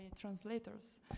translators